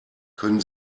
können